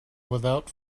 without